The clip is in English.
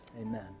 amen